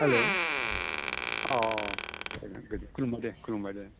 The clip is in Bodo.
हेल्ल' अ खुलुमबाय दे खुलुमबाय दे